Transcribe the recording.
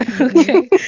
Okay